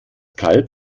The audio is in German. kalb